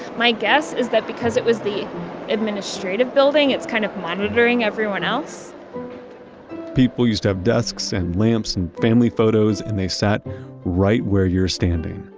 my guess is that because it was the administrative building, it's kind of monitoring everyone else people used to have desks and lamps and family photos and they sat right where you're standing,